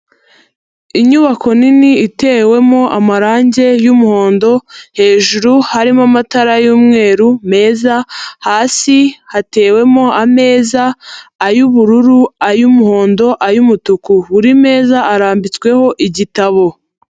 Inyubako nini itewemo amarange y'umuhondo hejuru harimo amatara y'umweru meza, hasi hatewemo ameza ay'ubururu, ay'umuhondo, ay'umutuku, buri meza arambitsweho igitabo.